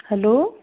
hello